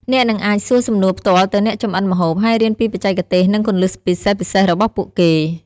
អ្នកនឹងអាចសួរសំណួរផ្ទាល់ទៅអ្នកចម្អិនម្ហូប ហើយរៀនពីបច្ចេកទេស និងគន្លឹះពិសេសៗរបស់ពួកគេ។